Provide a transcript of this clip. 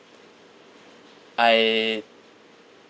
I